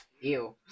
Ew